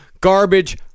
Garbage